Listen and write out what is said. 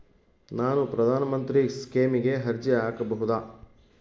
ನಾನು ಪ್ರಧಾನ ಮಂತ್ರಿ ಸ್ಕೇಮಿಗೆ ಅರ್ಜಿ ಹಾಕಬಹುದಾ?